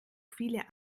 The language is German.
viele